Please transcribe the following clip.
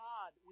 God